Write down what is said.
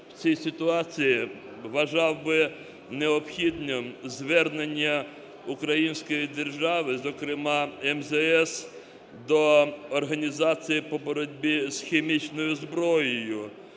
В цій ситуації вважав би необхідним звернення української держави, зокрема МЗС, до Організації по боротьбі з хімічною зброєю,